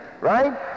right